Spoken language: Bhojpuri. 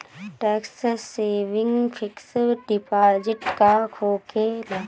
टेक्स सेविंग फिक्स डिपाँजिट का होखे ला?